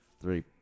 three